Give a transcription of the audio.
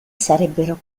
sarebbero